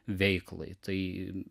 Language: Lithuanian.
veiklai tai